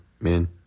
man